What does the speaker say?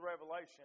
Revelation